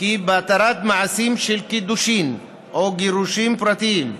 "כי בהתרת מעשים של קידושין או גירושים פרטיים,